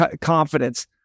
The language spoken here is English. confidence